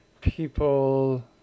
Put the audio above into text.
people